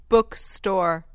Bookstore